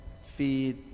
feed